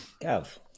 Gav